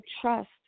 trust